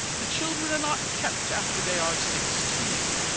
the children are not kept after they are sixteen,